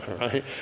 Right